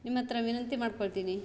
ನಿಮ್ಮಹತ್ರ ವಿನಂತಿ ಮಾಡಿಕೊಳ್ತೀನಿ